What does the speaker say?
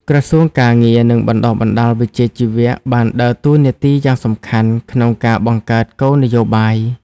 ក្រសួងការងារ និងបណ្តុះបណ្តាលវិជ្ជាជីវៈ បានដើរតួនាទីយ៉ាងសំខាន់ក្នុងការបង្កើតគោលនយោបាយ។